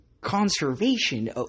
conservation